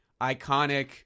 iconic